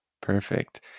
Perfect